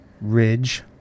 Ridge